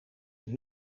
een